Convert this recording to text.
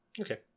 Okay